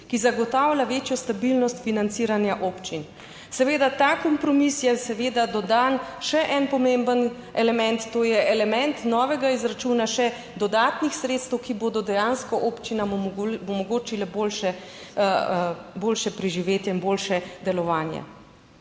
ki zagotavlja večjo stabilnost financiranja občin. Seveda ta kompromis je seveda dodaten še en pomemben element, to je element novega izračuna še dodatnih sredstev, ki bodo dejansko občinam omogočile boljše preživetje in boljše delovanje.